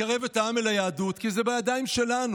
ולקרב את העם אל היהדות, כי זה בידיים שלנו.